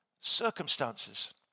circumstances